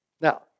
Now